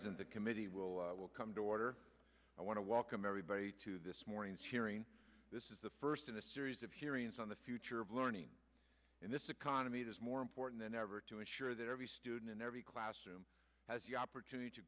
then the committee will come to order i want to welcome everybody to this morning's hearing this is the first in a series of hearings on the future of learning in this economy it is more important than ever to ensure that every student in every classroom has the opportunity to